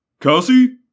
Cassie